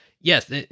yes